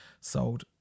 sold